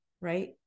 Right